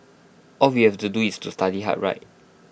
all we have to do is to study hard right